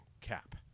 Cap